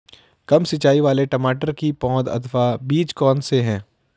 कम सिंचाई वाले टमाटर की पौध अथवा बीज कौन से हैं?